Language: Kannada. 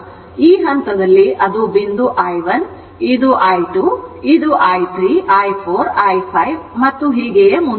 ಆದ್ದರಿಂದ ಈ ಹಂತದಲ್ಲಿ ಅದು ಬಿಂದು i1 ಮತ್ತು ಇದು i2 ಇದು i3 i 4 i 5 ಮತ್ತು ಹೀಗೆ ಮುಂದುವರಿಯುತ್ತದೆ